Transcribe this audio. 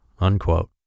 unquote